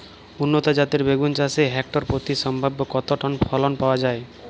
উন্নত জাতের বেগুন চাষে হেক্টর প্রতি সম্ভাব্য কত টন ফলন পাওয়া যায়?